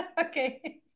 Okay